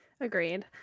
Agreed